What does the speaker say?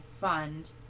fund